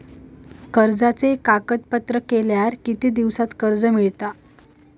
कर्जाचे कागदपत्र केल्यावर किती दिवसात कर्ज मिळता?